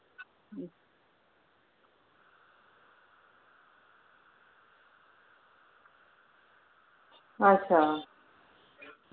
अच्छा